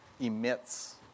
emits